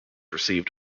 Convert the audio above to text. received